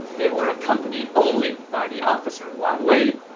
they were accompanied only by the officer wang wei,